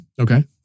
Okay